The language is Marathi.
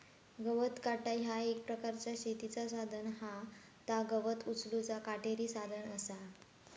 गवत काटा ह्या एक प्रकारचा शेतीचा साधन हा ता गवत उचलूचा काटेरी साधन असा